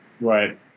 Right